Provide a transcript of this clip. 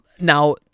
Now